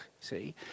see